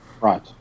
right